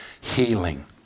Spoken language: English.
healing